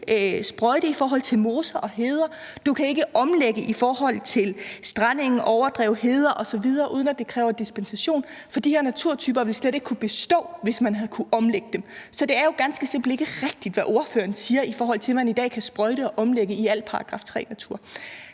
sprøjte i forhold til moser og heder, og du kan ikke omlægge i forhold til strandenge, overdrev, heder osv., uden at det kræver dispensation, for de her naturtyper ville slet ikke kunne bestå, hvis man havde kunnet omlægge dem. Så det er jo ganske enkelt ikke rigtigt, hvad ordføreren siger om, at man kan sprøjte og omlægge i al § 3-natur.